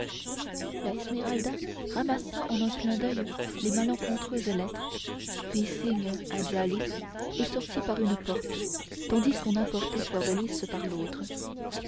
la esmeralda ramassa en un clin d'oeil les malencontreuses lettres fit signe à djali et sortit par une porte tandis qu'on emportait fleur de lys par l'autre